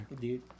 dude